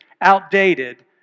outdated